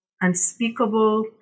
unspeakable